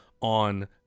on